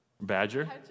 Badger